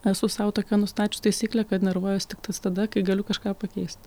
esu sau tokią nustačius taisyklę kad nervuojuos tiktais tada kai galiu kažką pakeist